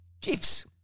gifts